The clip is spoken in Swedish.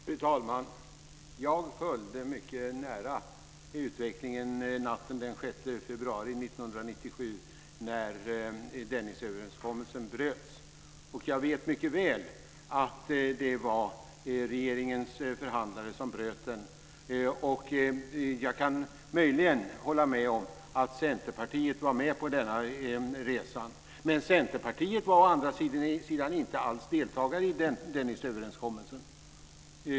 Fru talman! Jag följde mycket nära utvecklingen natten den 6 februari 1997 när Dennisöverenskommelsen bröts, och jag vet mycket väl att det var regeringens förhandlare som bröt den. Jag kan möjligen hålla med om att Centerpartiet var med på denna resa. Men Centerpartiet var å andra sidan inte alls deltagare i Dennisöverenskommelsen.